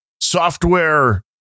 software